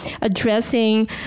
addressing